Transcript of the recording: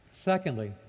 Secondly